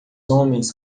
homens